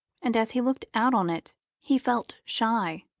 and as he looked out on it he felt shy,